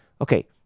Okay